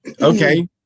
Okay